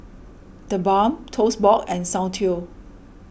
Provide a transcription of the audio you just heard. the Balm Toast Box and Soundteoh